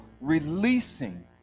releasing